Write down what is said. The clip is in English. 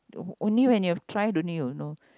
only when you've try only you'll know